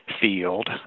field